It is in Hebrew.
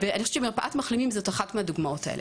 ואני חושבת שמרפאת מחלימים היא אחת מהדוגמאות לכך.